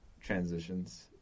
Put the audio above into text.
transitions